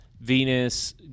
Venus